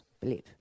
believe